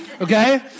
okay